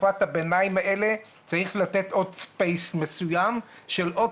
בתקופת הביניים הזו צריך לתת עוד ספייס מסוים של עוד